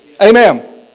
Amen